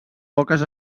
poques